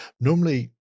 normally